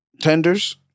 Tenders